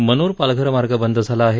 मनोर पालघर मार्ग बंद झाला आहे